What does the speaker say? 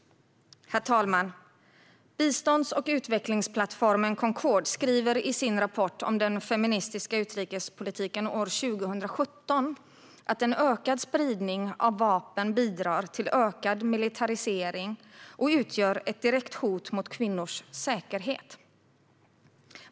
Herr talman! Bistånds och utvecklingsplattformen Concord skriver i sin rapport om den feministiska utrikespolitiken 2017 att en ökad spridning av vapen bidrar till ökad militarisering och utgör ett direkt hot mot kvinnors säkerhet.